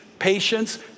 patience